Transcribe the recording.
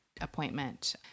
appointment